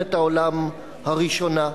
במלחמת העולם הראשונה.